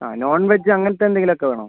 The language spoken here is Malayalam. ആ നോൺ വെജ് അങ്ങനത്തെ എന്തെങ്കിലും ഒക്കെ വേണോ